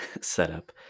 setup